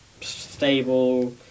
stable